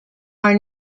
are